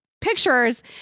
pictures